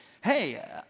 hey